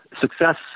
success